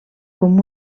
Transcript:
com